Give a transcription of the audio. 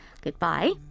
Goodbye